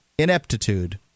ineptitude